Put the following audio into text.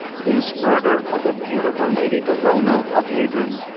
this murder of the beautiful lady dallona of hadron!